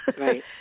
Right